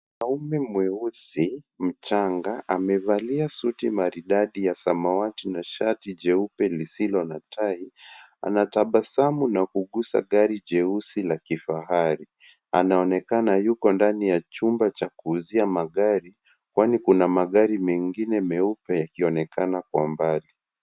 Mwanaume mweusi mchanga, amevalia suti maridadi ya samawati na shati jeupe lisilo na tai. Anatabasamu na kugusa gari jeusi la kifahari. Anaonekana yuko ndani ya chumba cha kuuzia magari, kwani kuna magari mengine meupe yakionekana kwa mbali.